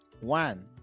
one